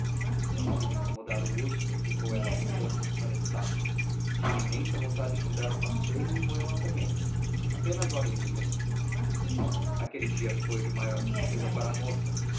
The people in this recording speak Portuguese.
não quis incomodar o urso replicou ela voltando-se para estácio tinha imensa vontade de dar um passeio e moema também apenas hora e meia aquele dia foi o de maior tristeza para a moça